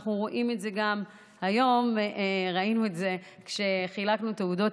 ראינו את זה גם היום כשחילקנו תעודות